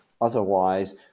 Otherwise